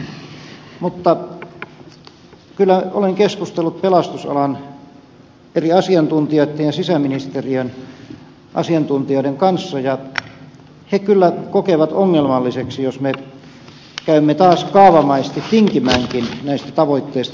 mutta kyllä olen keskustellut pelastusalan eri asiantuntijoiden ja sisäministeriön asiantuntijoiden kanssa ja he kyllä kokevat ongelmalliseksi jos me käymme taas kaavamaisesti tinkimäänkin näistä tavoitteista